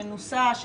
שנוסה,